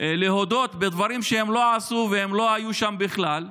להודות בדברים שהם לא עשו והם לא היו שם בכלל,